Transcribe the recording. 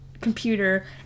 computer